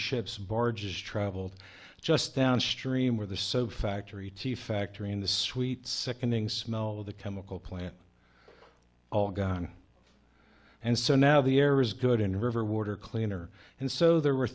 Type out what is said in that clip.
ships barges travelled just downstream where the soap factory tea factory and the sweet sickening smell of the chemical plant all gone and so now the air is good in river water cleaner and so there were